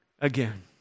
again